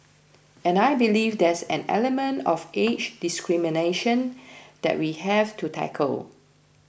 and I believe there's an element of age discrimination that we have to tackle